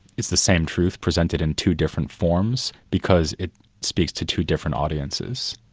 it's the same truth presented in two different forms, because it speaks to two different audiences.